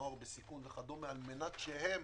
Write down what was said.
נוער בסיכון וכדומה כדי שהם,